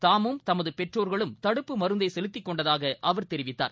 தாமும் தமதுபெற்றோர்களும் தடுப்பு மருந்தைசெலுத்திக் கொண்டதாகஅவர் தெரிவித்தார்